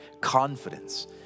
confidence